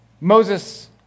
Moses